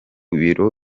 biro